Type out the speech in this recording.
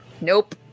Nope